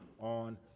on